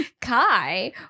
Kai